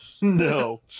No